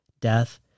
death